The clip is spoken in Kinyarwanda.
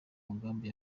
mugambi